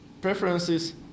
preferences